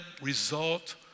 result